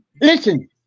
listen